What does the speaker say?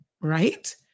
right